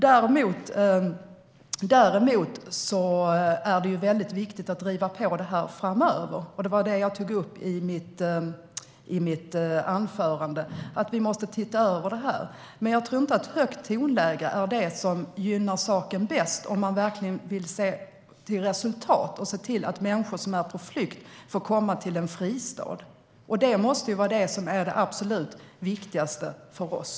Däremot är det viktigt att driva på detta framöver, och det var det jag tog upp i mitt anförande - att vi måste se över detta. Men jag tror inte att högt tonläge är det som gynnar saken bäst, om man verkligen vill se resultat och se till att människor som är på flykt får komma till en fristad. Och det måste ju vara det absolut viktigaste för oss.